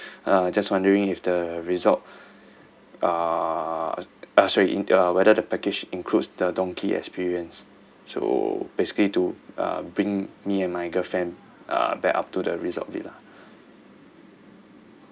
uh just wondering if the resort uh uh sorry whether the package includes the donkey experience so basically to uh bring me and my girlfriend uh back up to the resort villa